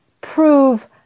prove